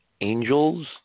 angels